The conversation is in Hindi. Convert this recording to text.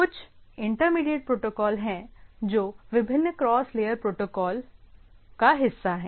कुछ इंटरमीडिएट प्रोटोकॉल हैं जो विभिन्न क्रॉस लेयर प्रोटोकॉल का हिस्सा हैं